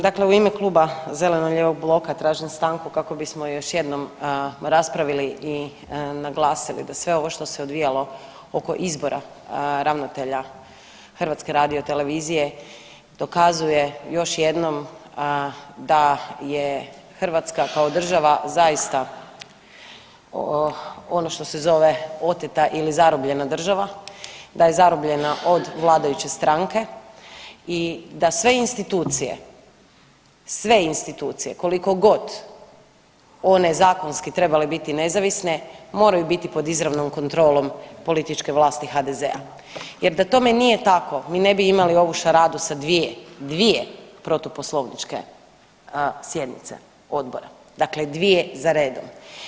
Dakle, u ime Kluba zeleno-lijevog bloka tražim stanku kako bismo još jednom raspravili i naglasili da sve ovo što se odvijalo oko izbora ravnatelja HRT-a dokazuje još jednom da je Hrvatska kao država zaista ono što se zove oteta ili zarobljena država, da je zarobljena od vladajuće stranke i da sve institucije, sve institucije, koliko god one zakonski trebale biti nezavisne moraju biti pod izravnom kontrolom političke vlasti HDZ-a jer da tome nije tako mi ne bi imali ovu šaradu sa dvije, dvije protuposlovničke sjednice odbora, dakle dvije za redom.